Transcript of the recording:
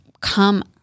come